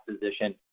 position